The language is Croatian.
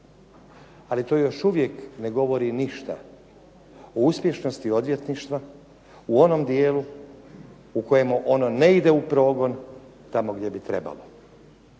ali to još uvijek ne govori ništa o uspješnosti odvjetništva u onom dijelu u kojemu ono ne ide u progon tamo gdje bi trebalo.